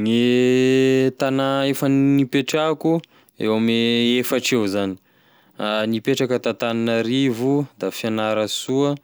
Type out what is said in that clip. Gne tagna efa nipetrahako eo ame efatry eo zany, nipetraka ta-Tananarivo, da Fianarasoa